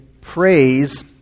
praise